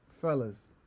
fellas